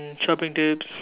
shopping tips